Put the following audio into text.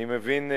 אני מבין,